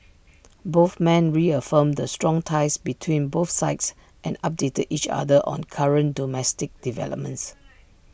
both men reaffirmed the strong ties between both sides and updated each other on current domestic developments